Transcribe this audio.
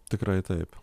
tikrai taip